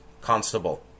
constable